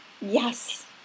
yes